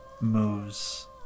moves